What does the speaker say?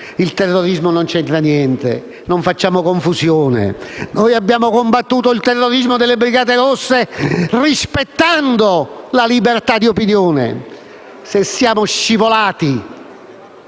Il terrorismo non c'entra niente, non facciamo confusione: noi abbiamo combattuto il terrorismo delle Brigate rosse rispettando la libertà di opinione. Se siamo scivolati